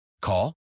Call